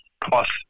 plus